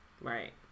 Right